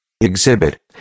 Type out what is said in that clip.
Exhibit